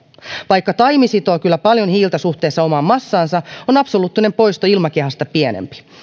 vaikka taimi sitoo kyllä paljon hiiltä suhteessa omaan massaansa on absoluuttinen poisto ilmakehästä pienempi